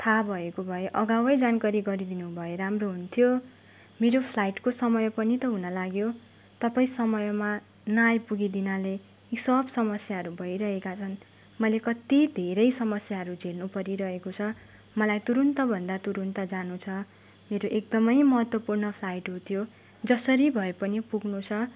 थाहा भएको भए अगावै जानकारी गरिदिनु भए राम्रो हुन्थ्यो मेरो फ्लाइटको समय पनि त हुन लाग्यो तपाईँ समयमा नआइपुगिदिनाले यी सब समस्याहरू भइरहेका छन् मैले कति धेरै समस्याहरू झेल्नु परिरहेको छ मलाई तुरुन्त भन्दा तुरुन्त जानु छ मेरो एकदमै महत्त्वपूर्ण फ्लाइट हो त्यो जसरी भए पनि पुग्नुछ